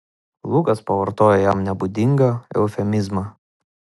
lukas pavartojo jam nebūdingą eufemizmą